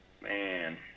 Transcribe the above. man